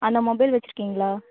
அந்த மொபைல் வச்சுருக்கீங்களா